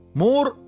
more